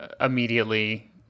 immediately